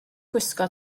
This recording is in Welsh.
gwisgo